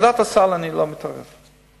אני לא מתערב בוועדת הסל.